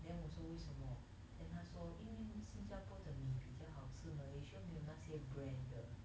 then 我说为什么 then 他说因为新加坡的米比较好吃 malaysia 没有那些 brand 的